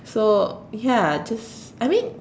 so ya just I mean